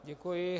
Děkuji.